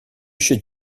should